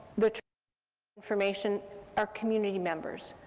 the information are community members,